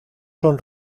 son